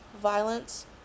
violence